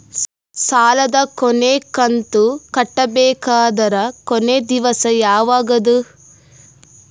ಸಾಲದ ಕೊನಿ ಕಂತು ಕಟ್ಟಬೇಕಾದರ ಕೊನಿ ದಿವಸ ಯಾವಗದ?